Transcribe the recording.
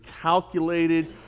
calculated